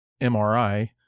MRI